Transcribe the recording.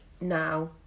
now